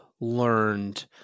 learned